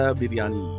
biryani